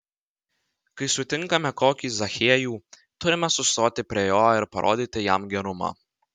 kai sutinkame kokį zachiejų turime sustoti prie jo ir parodyti jam gerumą